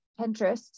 Pinterest